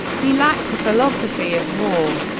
he lacked a philosophy of war.